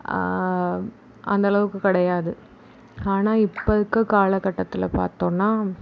அந்தளவுக்கு கிடையாது ஆனால் இப்போ இருக்கிற காலக் கட்டத்தில் பார்த்தோம்னா